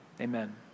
Amen